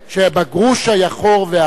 יש שיר: כשבגרוש היה חור, ואהבנו.